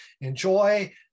enjoy